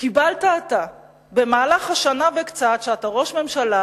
קיבלת אתה במהלך השנה וקצת שאתה ראש ממשלה